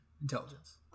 Intelligence